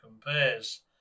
compares